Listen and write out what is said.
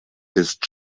ist